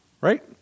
Right